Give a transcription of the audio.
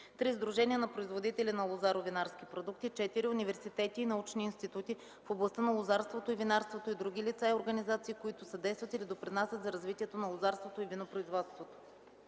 3. сдружения на производители на лозаро-винарски продукти; 4. университети и научни институти в областта на лозарството и винарството и други лица, и организации, които съдействат или допринасят за развитието на лозарството и винопроизводството.”